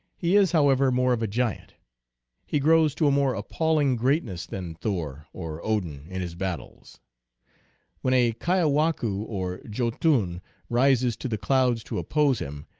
he is, how ever, more of a giant he grows to a more appalling greatness than thor or odin in his battles when a kiawaqii or jotun, rises to the clouds to oppose him,